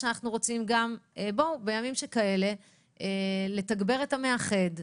שאנחנו רוצים גם בימים שכאלה לתגבר את המאחד,